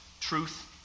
truth